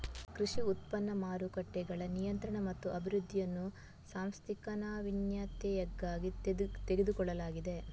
ಕೃಷಿ ಉತ್ಪನ್ನ ಮಾರುಕಟ್ಟೆಗಳ ನಿಯಂತ್ರಣ ಮತ್ತು ಅಭಿವೃದ್ಧಿಯನ್ನು ಸಾಂಸ್ಥಿಕ ನಾವೀನ್ಯತೆಯಾಗಿ ತೆಗೆದುಕೊಳ್ಳಲಾಗಿದೆ